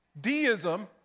Deism